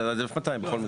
זה 1,200 בכל מקרה.